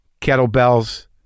Kettlebells